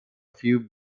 few